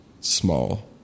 small